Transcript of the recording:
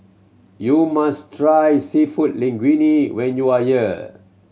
you must try Seafood Linguine when you are here